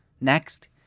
Next